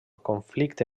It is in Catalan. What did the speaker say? conflicte